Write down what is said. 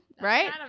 right